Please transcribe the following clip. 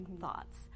thoughts